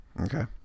Okay